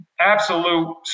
absolute